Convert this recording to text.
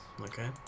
Okay